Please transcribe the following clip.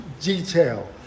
detail